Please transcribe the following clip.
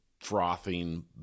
frothing